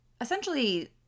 essentially